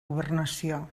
governació